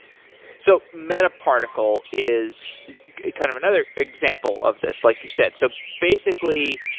so metaparticle is a kind of another example of this like you said. so basically,